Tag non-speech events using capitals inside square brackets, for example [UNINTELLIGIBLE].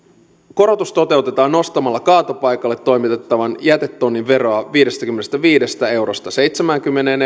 korotus toteutetaan nostamalla kaatopaikalle toimitettavan jätetonnin veroa viidestäkymmenestäviidestä eurosta seitsemäänkymmeneen [UNINTELLIGIBLE]